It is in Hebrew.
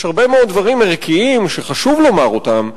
יש הרבה מאוד דברים ערכיים שחשוב לומר אותם,